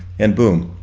and boom,